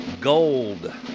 Gold